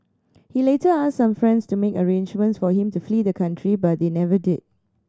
he later asked some friends to make arrangements for him to flee the country but they never did